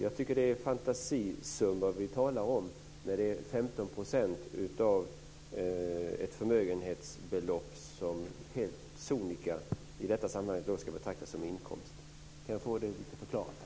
Vi talar om fantasisummor när 15 % av ett förmögenhetsbelopp i detta sammanhang helt sonika ska betraktas som inkomst. Kan jag få det förklarat?